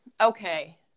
Okay